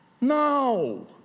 no